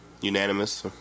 unanimous